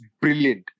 brilliant